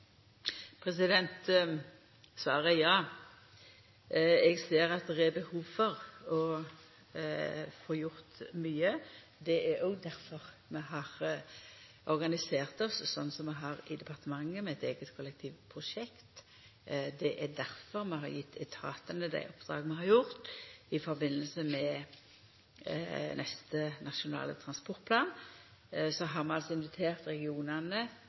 Svaret er ja. Eg ser at det er behov for å få gjort mykje. Det er òg difor vi har organisert oss slik som vi har i departementet, med eit eige kollektivprosjekt. Det er difor vi har gjeve etatane dei oppdraga vi har gjort. I samband med neste Nasjonal transportplan har vi invitert regionane